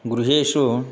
गृहेषु